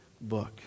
book